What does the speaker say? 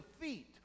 defeat